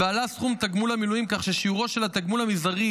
ועלה סכום תגמול המילואים כך ששיעורו של התגמול המזערי